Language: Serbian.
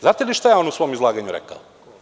Znate li šta je on u svom izlaganju rekao?